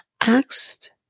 asked